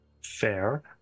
Fair